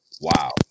wow